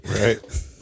Right